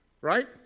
Right